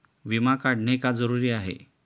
विमा काढणे का जरुरी आहे?